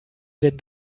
werden